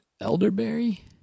elderberry